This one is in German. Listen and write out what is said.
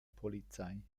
polizei